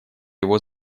его